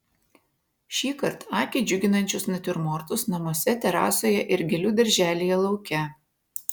šįkart akį džiuginančius natiurmortus namuose terasoje ir gėlių darželyje lauke